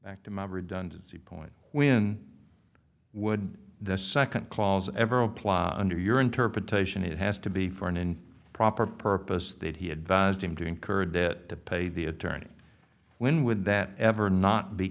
back to my redundancy point when would the second clause ever apply under your interpretation it has to be for an in proper purpose that he advised him to incur debt to pay the attorney when would that ever not be